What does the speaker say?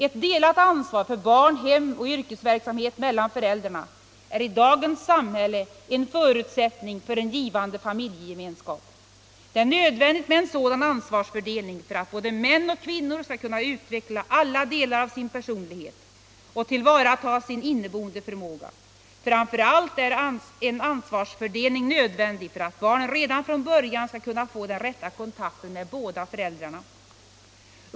Ett delat ansvar för barn, hem och yrkesverksamhet mellan föräldrarna är i dagens samhälle en förutsättning för en givande familjegemenskap. Det är nödvändigt med en sådan ansvarsfördelning för att både män och kvinnor skall kunna utveckla alla delar av sin personlighet och ta till vara sin inneboende förmåga. Framför allt är en ansvarsfördelning nödvändig för att barnen redan från början skall kunna få den rätta kontakten med båda föräldrarna.